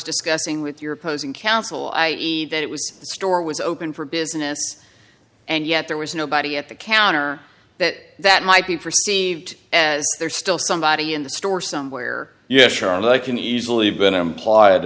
discussing with your opposing counsel i eat that it was the store was open for business and yet there was nobody at the counter that that might be perceived there still somebody in the store somewhere yes charlotte i can easily been empl